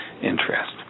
interest